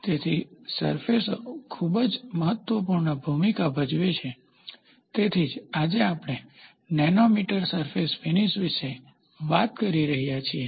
તેથી સરફેસઓ ખૂબ જ મહત્વપૂર્ણ ભૂમિકા ભજવે છે તેથી જ આજે આપણે નેનોમીટર સરફેસ ફીનીશ વિશે વાત કરી રહ્યા છીએ